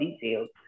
details